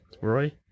Roy